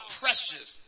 precious